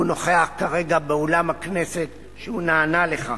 והוא נוכח כרגע באולם הכנסת, שהוא נענה לכך,